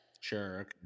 Sure